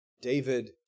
David